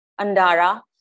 Andara